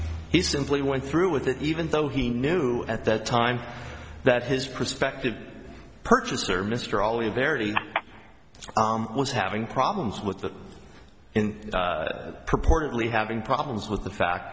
he simply went through with it even though he knew at that time that his prospective purchaser mr always very was having problems with that purportedly having problems with the fact